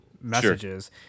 messages